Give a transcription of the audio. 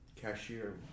cashier